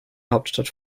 hauptstadt